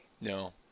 no